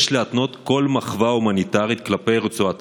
יש להתנות כל מחווה הומניטרית כלפי רצועת